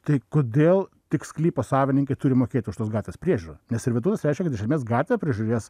tai kodėl tik sklypo savininkai turi mokėti už tos gatvės priežiūrą nes servitutas reiškia kad iš esmės gatvę prižiūrės